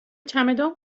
چمدان